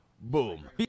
Boom